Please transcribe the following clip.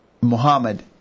Muhammad